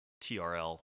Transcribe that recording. trl